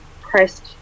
pressed